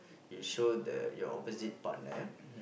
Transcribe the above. you show the your opposite partner